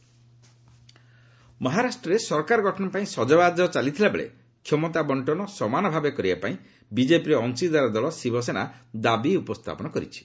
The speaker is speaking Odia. ମହା ଗମେଣ୍ଟ ମହାରାଷ୍ଟ୍ରରେ ସରକାର ଗଠନ ପାଇଁ ସଜବାଜ ଚାଲିଥିବାବେଳେ କ୍ଷମତା ବର୍ଷନ ସମାନ ଭାବେ କରିବା ପାଇଁ ବିଜେପିର ଅଂଶୀଦାର ଦଳ ଶିବସେନା ଦାବି ଉପସ୍ଥାପନ କରିଛି